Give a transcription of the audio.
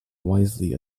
wisely